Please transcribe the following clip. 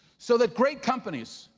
so that great companies,